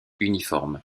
uniforme